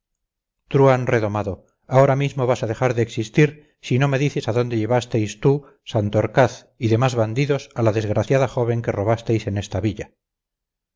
truhán redomado ahora mismo vas a dejar de existir si no me dices a dónde llevasteis tú santorcaz y demás bandidos a la desgraciada joven que robasteis en esta villa